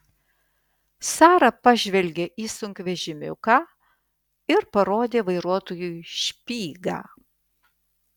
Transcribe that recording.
sara pažvelgė į sunkvežimiuką ir parodė vairuotojui špygą